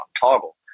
toggle